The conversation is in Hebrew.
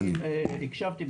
אני הקשבתי.